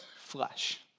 flesh